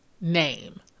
name